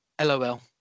Lol